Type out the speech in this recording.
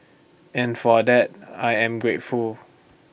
and for that I am grateful